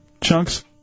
Chunks